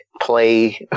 play